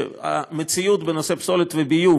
שהמציאות בנושא הפסולת והביוב